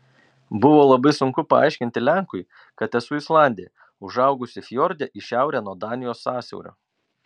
buvo labai sunku paaiškinti lenkui kad esu islandė užaugusi fjorde į šiaurę nuo danijos sąsiaurio